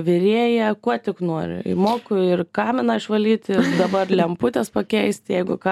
virėja kuo tik noriu moku ir kaminą išvalyti ir dabar lemputes pakeist jeigu ką